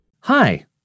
Hi